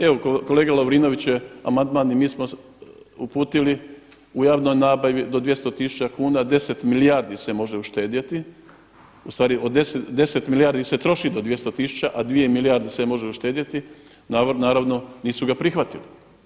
Evo kolega Lovrinović je amandman i mi smo uputili u javnoj nabavi do 200 tisuća kuna deset milijardi se može uštedjeti, ustvari od deset milijardi se troši do 200 tisuća, a dvije milijarde se može uštedjeti, naravno nisu ga prihvatili.